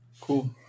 cool